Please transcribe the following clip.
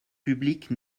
publiques